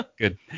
Good